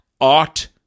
art